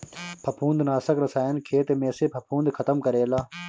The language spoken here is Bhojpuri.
फंफूदनाशक रसायन खेत में से फंफूद खतम करेला